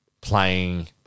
playing